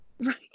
Right